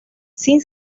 sin